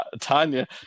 tanya